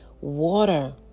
Water